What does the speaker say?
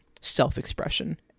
self-expression